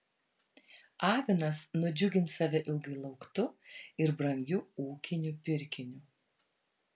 avinas nudžiugins save ilgai lauktu ir brangiu ūkiniu pirkiniu